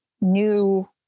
new